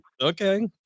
Okay